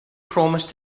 promised